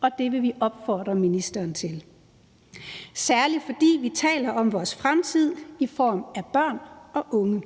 og det vil vi opfordre ministeren til, særlig fordi vi taler om vores fremtid i form af børn og unge.